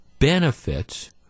Benefits